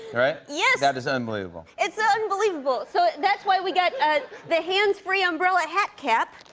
right? yeah that is unbelievable. it's ah unbelievable. so that's why we got the hands-free umbrella hat cap.